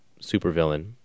supervillain